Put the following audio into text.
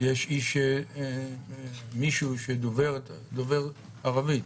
יש מישהו שדובר ערבית?